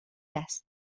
است